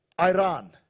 Iran